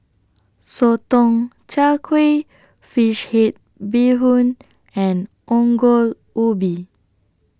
Sotong Char Kway Fish Head Bee Hoon and Ongol Ubi